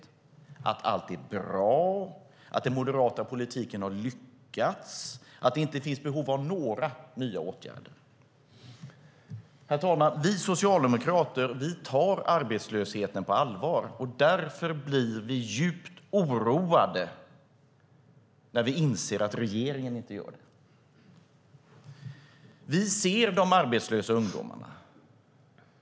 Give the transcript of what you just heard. De säger att allt är bra, att den moderata politiken har lyckats, att det inte finns behov av några nya åtgärder. Herr talman! Vi socialdemokrater tar arbetslösheten på allvar. Därför blir vi djupt oroade när vi inser att regeringen inte gör det. Vi ser de arbetslösa ungdomarna.